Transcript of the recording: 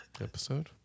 episode